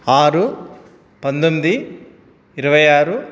ఆరు పంతొమ్మిది ఇరవై ఆరు